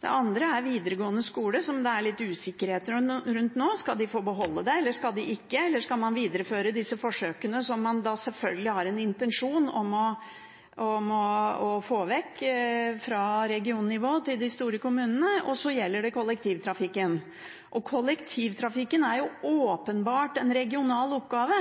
det andre er videregående skole, som det er litt usikkerhet rundt nå. Skal de få beholde det eller ikke, eller skal man videreføre disse forsøkene som man sjølsagt har en intensjon om å få vekk fra regionnivå til de store kommunene? Og så gjelder det kollektivtrafikken. Kollektivtrafikken er åpenbart en regional oppgave,